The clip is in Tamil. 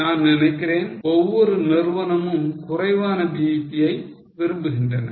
நான் நினைக்கிறேன் ஒவ்வொரு நிறுவனமும் குறைவான BEP யை தான் விரும்புகின்றன